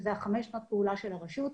שאלה חמש שנות הפעולה של הרשות,